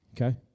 Okay